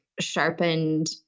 sharpened